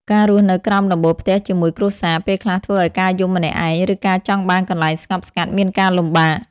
ការរស់នៅក្រោមដំបូលផ្ទះជាមួយគ្រួសារ ពេលខ្លះធ្វើឱ្យការយំម្នាក់ឯង ឬការចង់បានកន្លែងស្ងប់ស្ងាត់មានការលំបាក។